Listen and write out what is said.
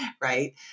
right